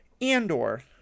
Andor